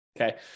okay